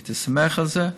אני הייתי שמח על זה.